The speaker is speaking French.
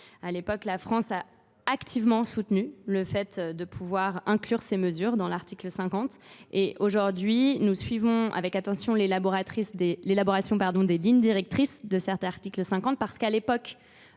À l'époque, la France a activement soutenu le fait de pouvoir inclure ces mesures dans l'article 50 et aujourd'hui nous suivons avec attention l'élaboration des lignes directrices de certains articles 50 parce qu'à l'époque